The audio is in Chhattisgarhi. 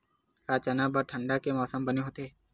का चना बर ठंडा के मौसम बने होथे?